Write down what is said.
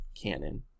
canon